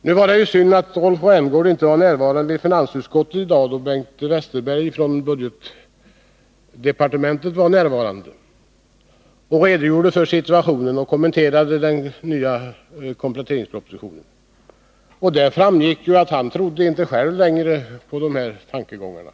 Det var synd att Rolf Rämgård inte var närvarande i finansutskottet i dag, då Bengt Westerberg från budgetdepartementet var där. Han redogjorde för situationen och kommenterade den nya kompletteringspropositionen. Av vad han sade framgick att han inte själv längre trodde på de tankegångarna.